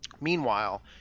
Meanwhile